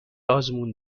آزمون